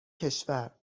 کشور